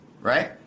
right